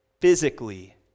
physically